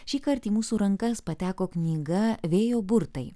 šįkart į mūsų rankas pateko knyga vėjo burtai